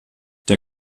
der